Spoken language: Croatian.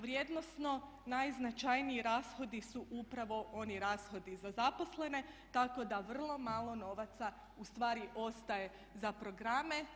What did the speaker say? Vrijednosno najznačajniji rashodi su upravo oni rashodi za zaposlene tako da vrlo malo novaca ustvari ostaje za programe.